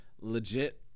Legit